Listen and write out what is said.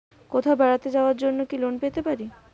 কোথাও বেড়াতে যাওয়ার জন্য কি লোন পেতে পারি?